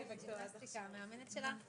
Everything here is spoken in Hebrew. אני